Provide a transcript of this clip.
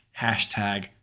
Hashtag